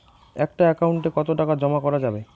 একটা একাউন্ট এ কতো টাকা জমা করা যাবে?